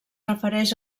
refereix